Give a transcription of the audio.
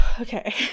Okay